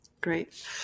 Great